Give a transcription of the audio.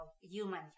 human